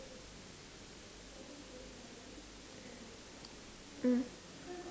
mm